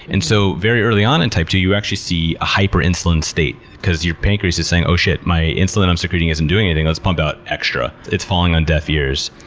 and so very early on in type two, you actually see a hyper-insulin state because your pancreas is saying, oh shit, my insulin i'm secreting isn't doing anything. let's pump out extra. it's falling on deaf ears.